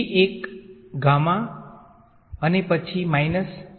તેથી એક અને પછી માઈનસ